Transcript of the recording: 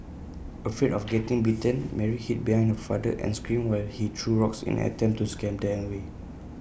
afraid of getting bitten Mary hid behind her father and screamed while he threw rocks in an attempt to scare them away